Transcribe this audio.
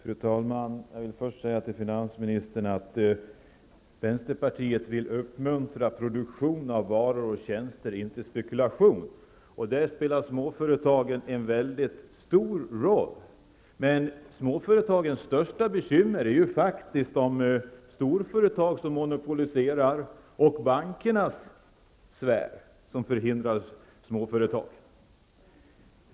Fru talman! Först några ord till finansministern. Vänsterpartiet vill uppmuntra produktion av varor och tjänster, inte spekulation. Där spelar småföretagen en väldigt stor roll. Men småföretagens största bekymmer är faktiskt de storföretag som monopoliserar samt bankernas fär som hindrar småföretag.